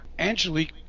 Angelique